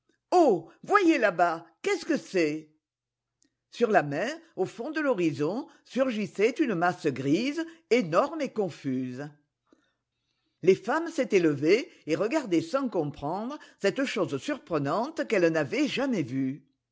oh voyez là-bas qu'est-ce que c'est sur la mer au fond de l'horizon surgissait une masse grise énorme et confuse les femmes s'étaient levées et resardaient a sans comprendre cette chose surprenante qu'elles n'avaient jamais vue